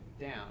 down